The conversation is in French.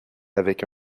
avec